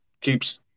keeps